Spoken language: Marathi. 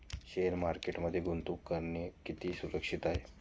शेअर मार्केटमध्ये गुंतवणूक करणे किती सुरक्षित आहे?